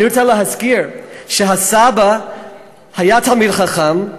אני רוצה להזכיר שהסבא היה תלמיד חכם,